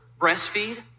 breastfeed